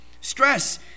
stress